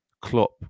Klopp